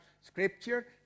Scripture